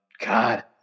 God